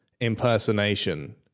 impersonation